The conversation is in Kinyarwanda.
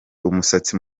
umusatsi